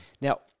Now